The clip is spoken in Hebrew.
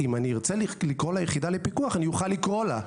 ואם אני ארצה לקרוא ליחידה לפיקוח אני אוכל לקרוא לה;